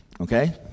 Okay